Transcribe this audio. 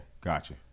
Gotcha